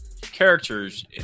Characters